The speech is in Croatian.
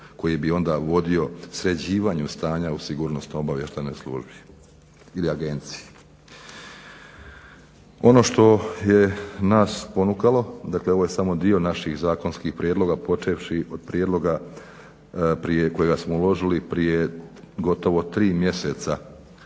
koji bi onda vodio sređivanju stanja u sigurnosno obavještajnoj službi ili agenciji. Ono što je nas ponukalo, dakle, ovo je samo dio naših zakonskih prijedloga počevši od prijedloga prije kojega smo uložili gotovo prije tri mjeseca